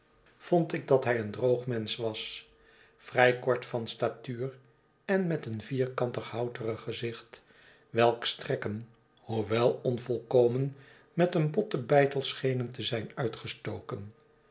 vond ik dat hij een droog mensch was vrij kort van statuur en met een vierkaniig houterig gezicht welks trekken hoewel onvolkomen met een botten beitei schenen te zijn uitgestoken